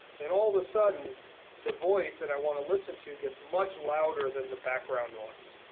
then all of a sudden the voice that i want to listen to gets much louder than the background noise.